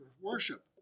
worship